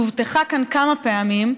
שהובטחה כאן כמה פעמים.